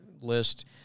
list